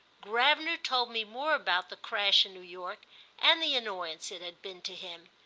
gravener told me more about the crash in new york and the annoyance it had been to him,